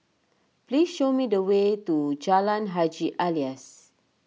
please show me the way to Jalan Haji Alias